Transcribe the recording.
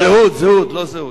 בבקשה.